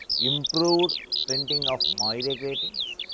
improved printing of moire gratings,